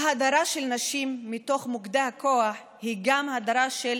ההדרה של נשים מתוך מוקדי הכוח היא גם ההדרה של